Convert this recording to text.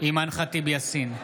אימאן ח'טיב יאסין,